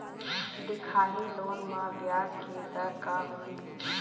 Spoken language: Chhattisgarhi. दिखाही लोन म ब्याज के दर का होही?